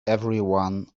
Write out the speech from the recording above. everyone